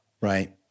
right